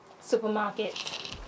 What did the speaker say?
Supermarket